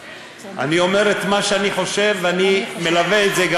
אני אומר את מה שאני חושב, ואני גם מלווה את זה.